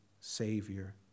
savior